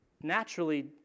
naturally